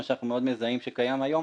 מה שאנחנו מאוד מזהים שקיים היום.